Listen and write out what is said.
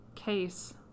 case